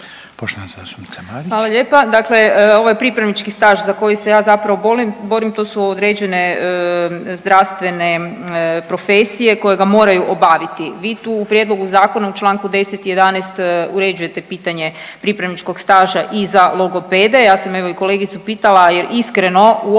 Andreja (SDP)** Hvala lijepa. Dakle, ovo je pripravnički staž za koji se ja zapravo borim. To su određene zdravstvene profesije koje ga moraju obaviti. Vi tu u prijedlogu zakona u članku 10. i 11. uređujete pitanje pripravničkog staža i za logopede. Ja sam evo i kolegicu pitala jer iskreno uopće